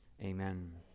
Amen